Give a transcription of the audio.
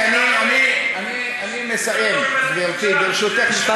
אני מסיים, גברתי, ברשותך.